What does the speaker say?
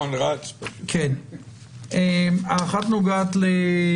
בשבט התשפ"ב (10 בינואר 2022)". תחילה תחילתן של תקנות